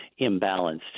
imbalanced